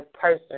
person